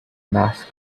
mask